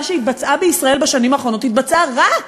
שהתבצעה בישראל בשנים האחרונות התבצעה רק